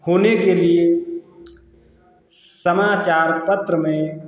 होने के लिए समाचार पत्र में